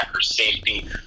safety